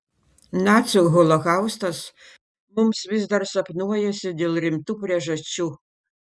nacių holokaustas mums vis dar sapnuojasi dėl rimtų priežasčių